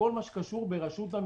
בכל הקשור לרשות המיסים.